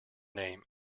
name